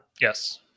Yes